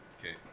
Okay